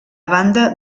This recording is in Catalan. banda